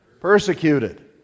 persecuted